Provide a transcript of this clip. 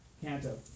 canto